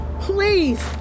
please